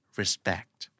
respect